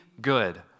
good